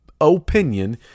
opinion